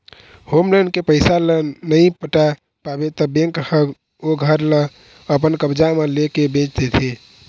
home loan के पइसा ल नइ पटा पाबे त बेंक ह ओ घर ल अपन कब्जा म लेके बेंच देथे